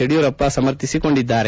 ಯಡಿಯೂರಪ್ಪ ಸಮರ್ಥಿಸಿಕೊಂಡಿದ್ದಾರೆ